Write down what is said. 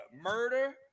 murder